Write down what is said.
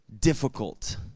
difficult